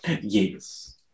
Yes